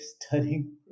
studying